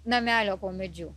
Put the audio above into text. namelio po medžiu